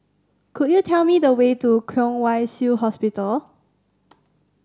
could you tell me the way to Kwong Wai Shiu Hospital